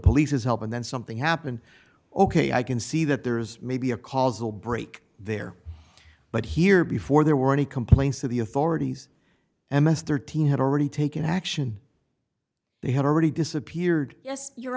police's help and then something happened ok i can see that there's maybe a causal break there but here before there were any complaints to the authorities and most thirteen had already taken action they had already disappeared yes your